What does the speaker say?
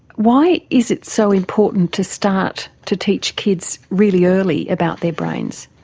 why is it so important to start to teach kids really early about their brains?